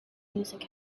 music